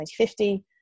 2050